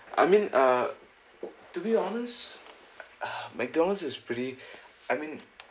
I mean uh to be honest uh McDonald's is pretty I mean